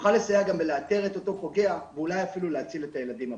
גם באיתור אותו פוגע ואולי אפילו להציל את הילדים הבאים.